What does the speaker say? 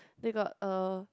they got a